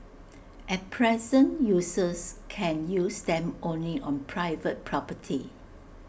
at present users can use them only on private property